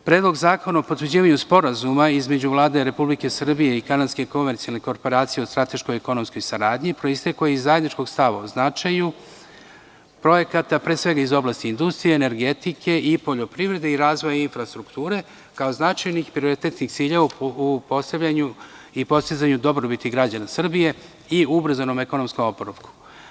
Predlog zakona o potvrđivanju Sporazuma između Vlade Republike Srbije i Kanadske komercijalne korporacije o strateškoj i ekonomskoj saradnji proistekao je iz zajedničkog stava o značaju projekata, pre svega iz oblasti industrije, energetike i poljoprivrede i razvoja infrastrukture, kao značajnih prioritetnih ciljeva u postavljanju i postizanju dobrobiti građana Srbije i ubrzanom ekonomskom oporavku.